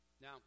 Now